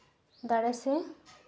ᱫᱟᱲᱮ ᱥᱮ